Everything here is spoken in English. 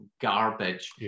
garbage